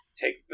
take